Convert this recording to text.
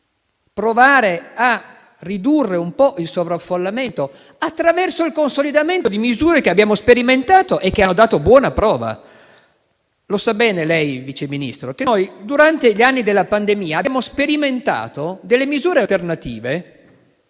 provare a ridurre un po' il sovraffollamento attraverso il consolidamento di misure che abbiamo sperimentato e che hanno dato buona prova. Lei sa bene, signor Vice Ministro, che durante gli anni della pandemia abbiamo sperimentato misure alternative